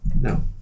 No